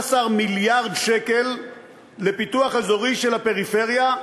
12 מיליארד שקל לפיתוח אזורי של הפריפריה,